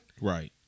right